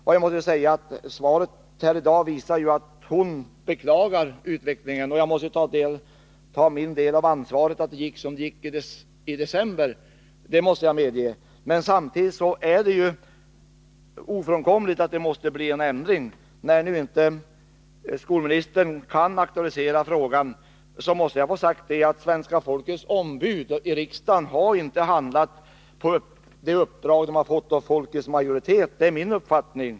Och jag måste säga att svaret här i dag visar att hon beklagar utvecklingen. Jag måste ta min del av ansvaret för att det gick som det gick i december, det måste jag medge. Men samtidigt är det ofrånkomligt att det måste bli en ändring. När skolministern nu inte kan aktualisera frågan måste jag få sagt att svenska folkets ombud i riksdagen inte har handlat enligt det uppdrag de har fått av folkets majoritet — det är min uppfattning.